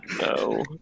no